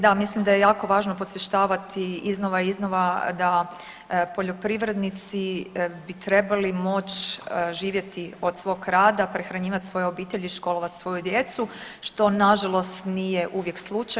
Da, mislim da je jako važno posvještavati iznova i iznova da poljoprivrednici bi trebali moć živjeti od svog rada, prehranjivati svoje obitelji, školovat svoju djecu što nažalost nije uvijek slučaj.